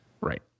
Right